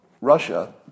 Russia